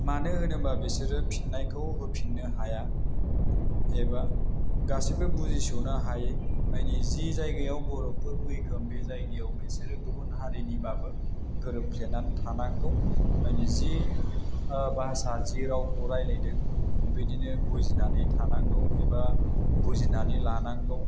मानो होनोबा बिसोरो फिन्नायखौ होफिन्नो हाया एबा गासिबो बुजिस'नो हायै माने जि जायगायाव बर'फोर मैखोम बे जायगायाव बिसोरो गुबुन हारिनिबाबो गोरोबफ्लेनानै थानांगौ मानि जि भाषा जि रावखौ रायलायदों बेबादिनो बुजिनानै थानांगौ एबा बुजिनानै लानांगौ